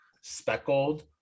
speckled